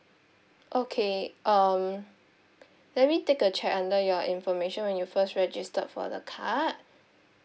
okay um let me take a check under your information when you first registered for the card